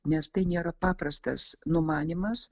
nes tai nėra paprastas numanymas